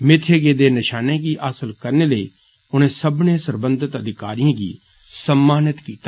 मित्थे गेदे नषानें दी हासल करने लेई उने सब्बने सरबंधत अधिकारिएं गी सम्मानित कीता